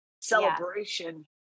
celebration